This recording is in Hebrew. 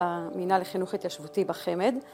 המינהל לחינוך התיישבותי בחמד.